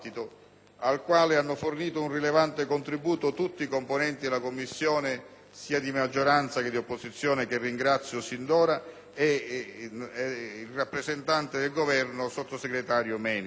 al quale hanno fornito un rilevante contributo tutti i componenti della Commissione, sia di maggioranza che di opposizione, che ringrazio sin d'ora, e il rappresentante del Governo, il sottosegretario Menia.